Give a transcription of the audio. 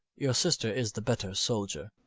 your sister is the better soldier.